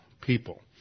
people